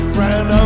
ran